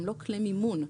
הם לא כלי מימון,